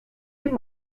dem